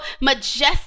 majestic